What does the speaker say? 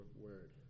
word